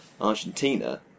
Argentina